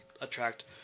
attract